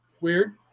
Weird